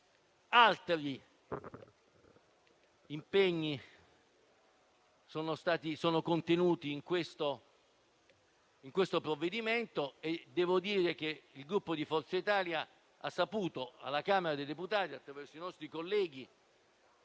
Altri impegni sono contenuti in questo provvedimento. Devo dire che il Gruppo Forza Italia alla Camera dei deputati, attraverso nostri colleghi